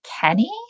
kenny